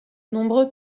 nombreux